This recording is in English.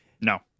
No